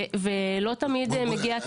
ולא תמיד מגיע כיבוי.